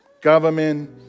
government